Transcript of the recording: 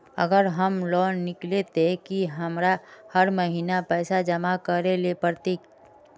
अगर हम लोन किनले ते की हमरा हर महीना पैसा जमा करे ले पड़ते?